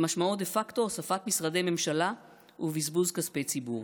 שמשמעו דה פקטו הוספת משרדי ממשלה ובזבוז כספי ציבור,